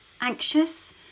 anxious